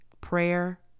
Prayer